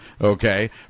Okay